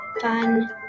Fun